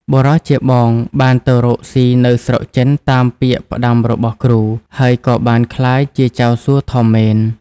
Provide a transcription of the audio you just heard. បុរសជាបងបានទៅរកស៊ីនៅស្រុកចិនតាមពាក្យផ្ដាំរបស់គ្រូ ហើយក៏បានក្លាយជាចៅសួធំមែន។